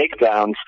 takedowns